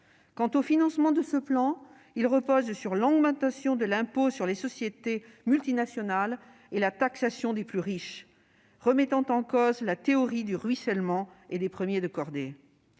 Quant au financement de ce plan, il repose sur l'augmentation de l'impôt sur les sociétés multinationales et la taxation des plus riches, remettant en cause la théorie du ruissellement et des premiers de cordée.